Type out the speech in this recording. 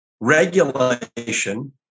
regulation